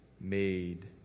made